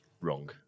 wrong